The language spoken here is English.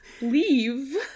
Leave